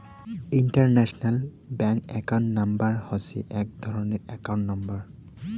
international bank account number হসে এক ধরণের একাউন্ট নম্বর